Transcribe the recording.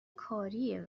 کاریه